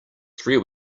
three